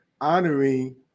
honoring